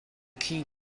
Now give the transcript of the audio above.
key